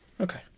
Okay